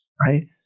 Right